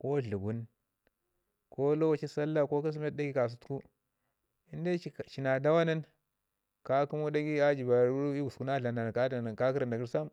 ko dləgun ko lokaci Sallah ko Chrismati dagai kasau in de ci na dawa nin ka kəmu ɗagai a jəba rurau ii gusku na dlam na na ka dlam na na ka kəramta gəri sam.